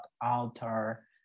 altar